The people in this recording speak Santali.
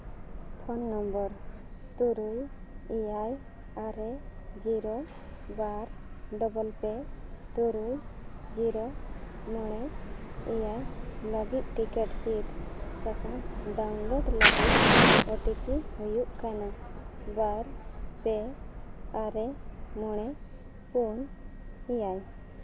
ᱯᱷᱳᱱ ᱱᱚᱢᱵᱚᱨ ᱛᱩᱨᱩᱭ ᱮᱭᱟᱭ ᱟᱨᱮ ᱡᱤᱨᱳ ᱵᱟᱨ ᱰᱚᱵᱚᱞ ᱯᱮ ᱛᱩᱨᱩᱭ ᱡᱤᱨᱳ ᱢᱚᱬᱮ ᱮᱭᱟᱭ ᱞᱟᱹᱜᱤᱫ ᱴᱤᱠᱟᱹ ᱥᱤᱫᱽ ᱥᱟᱠᱟᱢ ᱰᱟᱣᱩᱱᱞᱳᱰ ᱞᱟᱹᱜᱤᱫ ᱳ ᱴᱤ ᱯᱤ ᱦᱩᱭᱩᱜ ᱠᱟᱱᱟ ᱵᱟᱨ ᱯᱮ ᱟᱨᱮ ᱢᱚᱬᱮ ᱯᱩᱱ ᱮᱭᱟᱭ